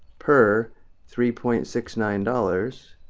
per three point six nine dollars,